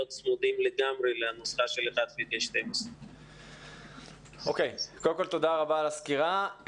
צמודים לגמרי לנוסחה של 1 חלקי 12. תודה רבה על הסקירה.